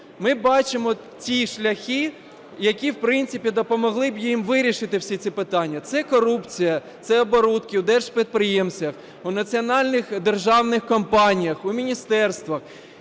Ми бачимо ті шляхи, які, в принципі, допомогли би їм вирішити всі ці питання. Це корупція, це оборудки в держпідприємствах, у національних державних компаніях, у міністерствах.